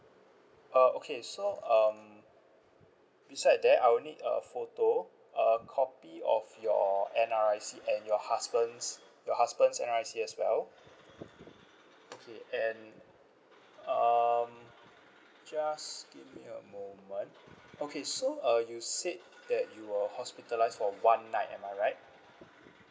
uh okay so um beside that I will need a photo a copy of your N_R_I_C and your husband's your husband's N_R_I_C as well okay and um just give me a moment okay so uh you said that you were hospitalised for one night am I right